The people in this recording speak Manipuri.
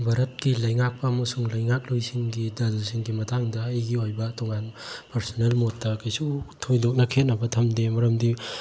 ꯚꯥꯔꯠꯀꯤ ꯂꯩꯉꯥꯛꯄ ꯑꯃꯁꯨꯡ ꯂꯩꯉꯥꯛꯂꯣꯏꯁꯤꯡꯒꯤ ꯗꯜꯁꯤꯡꯒꯤ ꯃꯇꯥꯡꯗ ꯑꯩꯒꯤ ꯑꯣꯏꯕ ꯄꯥꯔꯁꯣꯅꯦꯜ ꯃꯣꯠꯇ ꯀꯩꯁꯨ ꯊꯣꯏꯗꯣꯛꯅ ꯈꯦꯅꯕ ꯊꯃꯗꯦ ꯃꯔꯝꯗꯤ